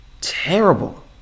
terrible